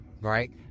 Right